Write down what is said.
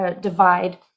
divide